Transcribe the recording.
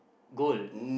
gold